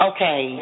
Okay